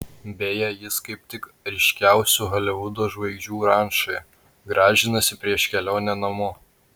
beje jis kaip tik ryškiausių holivudo žvaigždžių rančoje gražinasi prieš kelionę namo